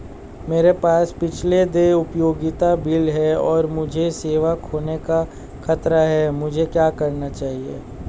मेरे पास पिछले देय उपयोगिता बिल हैं और मुझे सेवा खोने का खतरा है मुझे क्या करना चाहिए?